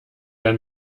der